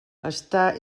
estar